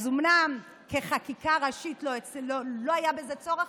אז אומנם כחקיקה ראשית לא היה בזה צורך,